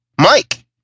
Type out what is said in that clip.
Mike